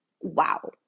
Wow